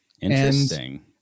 Interesting